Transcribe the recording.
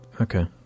Okay